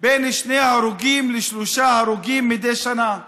בין שני הרוגים לשלושה הרוגים מדי שנה.